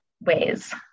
ways